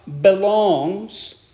belongs